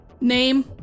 Name